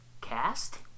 Cast